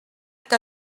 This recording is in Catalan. que